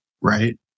right